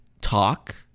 talk